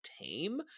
tame